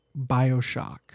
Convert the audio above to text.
Bioshock